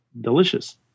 Delicious